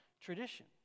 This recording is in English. tradition